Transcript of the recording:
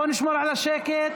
בוא נשמור על השקט.